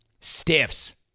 stiffs